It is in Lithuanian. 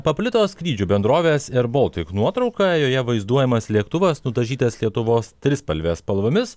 paplito skrydžių bendrovės ir buvo tik nuotrauka joje vaizduojamas lėktuvas nudažytas lietuvos trispalvės spalvomis